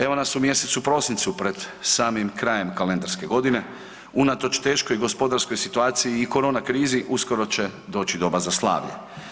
Evo nas u mjesecu prosincu pred samim krajem kalendarske godine, unatoč teškoj gospodarskoj situaciji i korona krizi, uskoro će doći doba za slavlje.